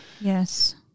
Yes